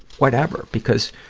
whatever. because,